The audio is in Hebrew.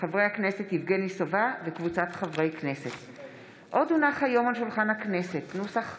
חבר הכנסת גדעון סער, הצעת חוק לתיקון